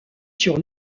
sur